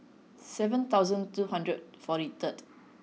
seven thousand two hundred forty third